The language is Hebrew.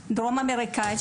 כמו מדינה דרום אמריקאית,